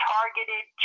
Targeted